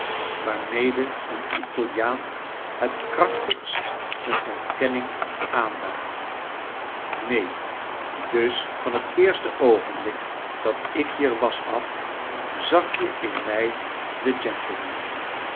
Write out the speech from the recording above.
waarmede een italiaan het krachtigst een ontkenning aanduidt neen dus van het eerste oogenblik dat ik hier was af zag je in mij den gentleman